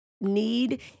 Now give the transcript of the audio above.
need